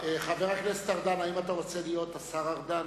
חבר הכנסת ארדן, האם אתה רוצה להיות השר ארדן?